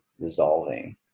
resolving